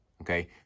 okay